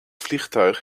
vliegtuig